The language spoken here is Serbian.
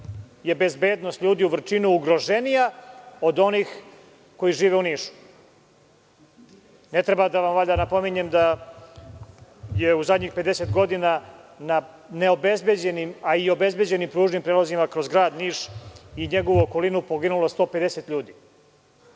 je bezbednost ljudi u Vrčinu ugroženija od onih koji žive u Nišu? Ne treba valjda da vam napominjem da je u zadnjih pedeset godina na neobezbeđenim, a i obezbeđenim pružnim prelazima kroz Grad Niš i njegovu okolinu poginulo 150 ljudi?